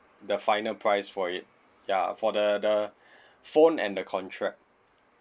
the final price for it ya for the the phone and the contract